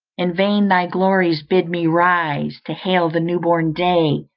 in vain thy glories bid me rise, to hail the new-born day,